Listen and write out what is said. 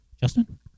Justin